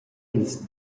ils